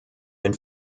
den